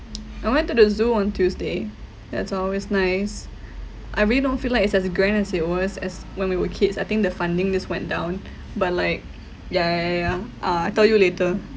I went to the zoo on tuesday that's always nice I really don't feel like it's as grand as it was as when we were kids I think the funding just went down but like ya ya ya ya uh I tell you later